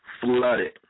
flooded